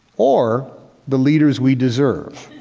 or the leaders we deserve.